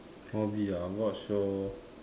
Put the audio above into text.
hobby ah watch show